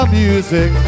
music